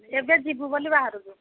ଏବେ ଯିବୁ ବୋଲି ବାହାରୁଛୁ